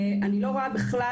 אני לא רואה בכלל,